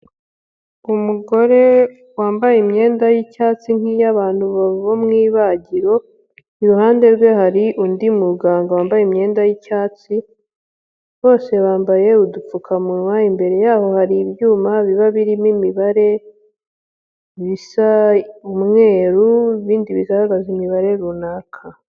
Umugore wambaye imyenda y'icyatsi nk'iy'abantu bo mu ibagiro, iruhande rwe hari undi muganga wambaye imyenda y'icyatsi, bose bambaye udupfukamunwa, imbere yabo hari ibyuma biba birimo imibare bisa umweru, ibindi bigaragaza imibare runaka.